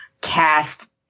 cast